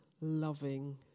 loving